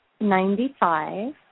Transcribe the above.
Ninety-five